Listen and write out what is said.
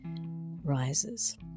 rises